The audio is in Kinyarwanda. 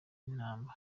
ibamba